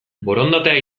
borondatea